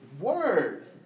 Word